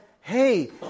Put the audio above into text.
hey